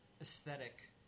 aesthetic